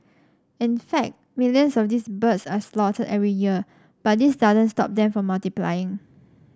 in fact millions of these birds are slaughtered every year but this doesn't stop them from multiplying